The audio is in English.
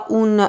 un